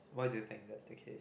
why do you think that's the case